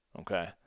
okay